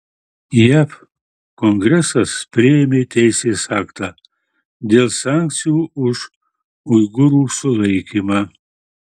jav kongresas priėmė teisės aktą dėl sankcijų už uigūrų sulaikymą